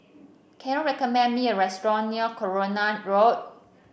can you recommend me a restaurant near Coronation Road